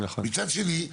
מצד שני,